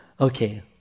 Okay